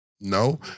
No